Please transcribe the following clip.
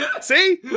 See